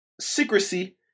secrecy